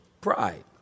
Pride